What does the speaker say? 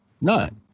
None